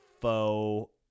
faux